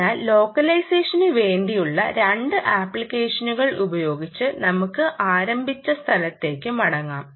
അതിനാൽ ലോക്കലൈസേഷനുവേണ്ടിയുള്ള രണ്ട് ആപ്ലിക്കേഷനുകൾ ഉപയോഗിച്ച് നമ്മൾക്ക് ആരംഭിച്ച സ്ഥലത്തേക്ക് മടങ്ങാം